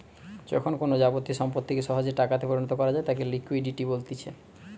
যখন কোনো যাবতীয় সম্পত্তিকে সহজে টাকাতে পরিণত করা যায় তাকে লিকুইডিটি বলতিছে